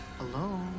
alone